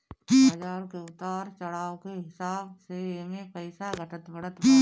बाजार के उतार चढ़ाव के हिसाब से एमे पईसा घटत बढ़त बाटे